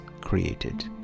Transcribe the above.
created